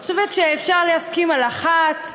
אני חושבת שאפשר להסכים על 01:00,